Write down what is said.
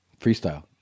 Freestyle